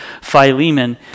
Philemon